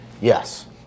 Yes